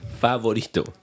Favorito